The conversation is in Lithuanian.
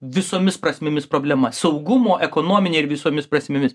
visomis prasmėmis problema saugumo ekonominiai ir visomis prasmėmis